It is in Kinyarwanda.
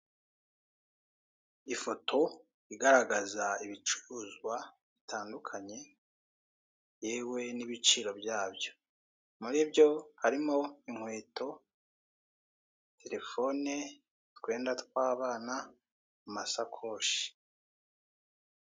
Ifoto igaragaza ibicuruzwa bitandukanye yewe n'ibiciro byabyo muri byo harimo inkweto, telefone, utwenda tw'abana, amasakoshi.